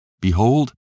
Behold